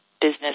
Business